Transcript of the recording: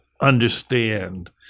understand